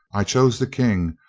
i chose the king,